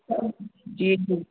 जी जी